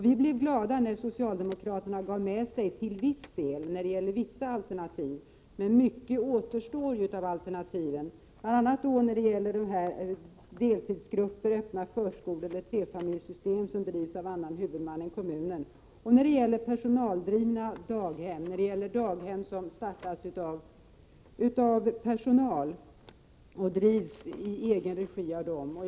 Vi blev glada när socialdemokraterna till viss del gav med sig, nämligen när det gällde vissa alternativ, men många av alternativen återstår, bl.a. när det gäller deltidsgrupper, öppna förskolor och trefamiljssystem som drivs av annan huvudman än kommunen och när det gäller daghem som startas av personal och drivs av den i egen regi.